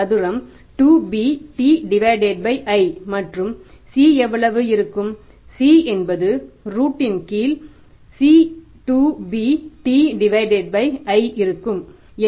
C சதுரம் 2bTi மற்றும் C எவ்வளவு இருக்கும் C என்பது ரூட் இன் கீழ் C2bT i இருக்கும்